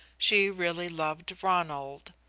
she really loved ronald.